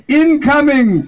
incoming